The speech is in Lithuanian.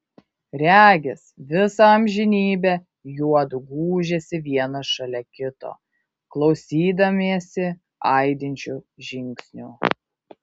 regis visą amžinybę juodu gūžėsi vienas šalia kito klausydamiesi aidinčių žingsnių